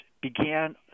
began